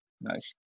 Nice